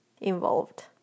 involved